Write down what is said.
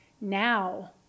now